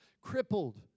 crippled